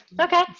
Okay